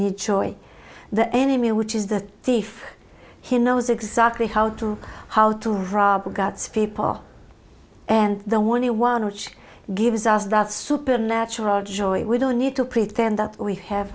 need choy the enemy which is the thief he knows exactly how to how to rob god's people and the only one which gives us that supernatural joy we don't need to pretend that we have